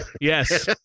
Yes